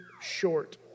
Short